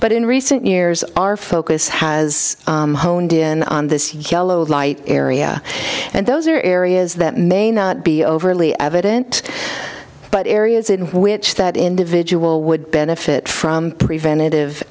but in recent years our focus has honed in on this yellow light area and those are areas that may not be overly evident but areas in which that individual would benefit from preventive